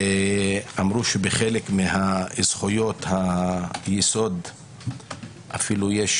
ואמרו שבחלק מזכויות היסוד אפילו יש